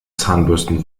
zahnbürsten